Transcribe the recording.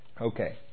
Okay